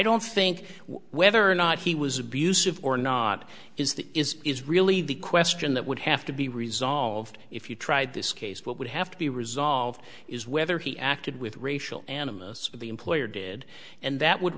don't think whether or not he was abusive or not is the is is really the question that would have to be resolved if you tried this case what would have to be resolved is whether he acted with racial animus with the employer did and that would